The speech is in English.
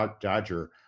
Dodger